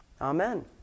Amen